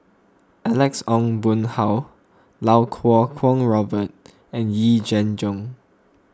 Alex Ong Boon Hau Iau Kuo Kwong Robert and Yee Jenn Jong